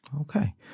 Okay